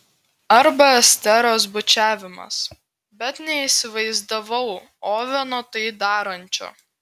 arba esteros bučiavimas bet neįsivaizdavau oveno tai darančio